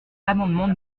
l’amendement